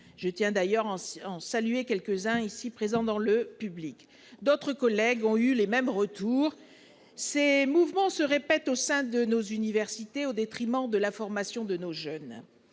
Je tiens d'ailleurs à en saluer quelques-uns, présents aujourd'hui dans le public. D'autres collègues ont eu les mêmes retours. Ces mouvements se répètent au sein de nos universités, au détriment de la formation de nos jeunes.